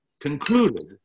concluded